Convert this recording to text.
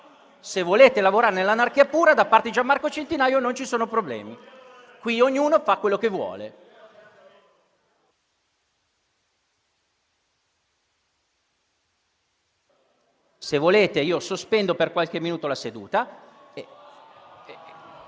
Se volete lavorare nell'anarchia pura, da parte di Gian Marco Centinaio non ci sono problemi. Qui ognuno fa quello che vuole. Se volete, sospendo per qualche minuto la seduta...